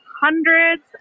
hundreds